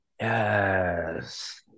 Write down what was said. Yes